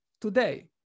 today